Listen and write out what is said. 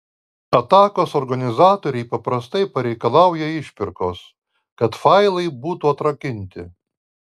atakos organizatoriai paprastai pareikalauja išpirkos kad failai būtų atrakinti